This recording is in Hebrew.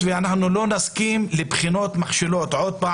אז כנראה שבאמצעות הבחינה מישהו רוצה לווסת את השוק ולהפחית